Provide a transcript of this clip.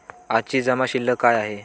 आजची जमा शिल्लक काय आहे?